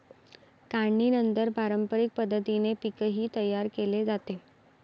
काढणीनंतर पारंपरिक पद्धतीने पीकही तयार केले जाते